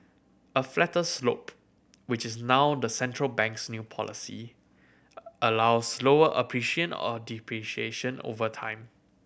a flatter slope which is now the central bank's new policy allows slower appreciation or depreciation over time